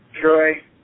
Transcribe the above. Troy